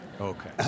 Okay